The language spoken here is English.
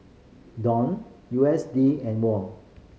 Dong U S D and Won